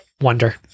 Wonder